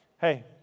Hey